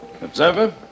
Observer